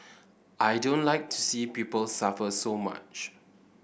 I don't like to see people suffer so much